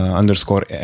underscore